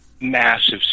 massive